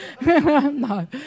No